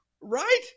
Right